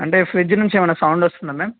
అంటే ఫ్రిడ్జ్ నుంచి ఏమన్నా సౌండ్ వస్తుందా మ్యామ్